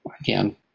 again